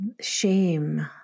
shame